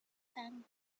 sang